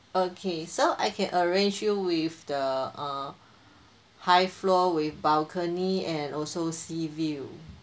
okay so I can arrange you with the err high floor with balcony and also sea view